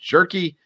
Jerky